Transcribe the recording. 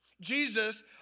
Jesus